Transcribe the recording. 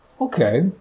Okay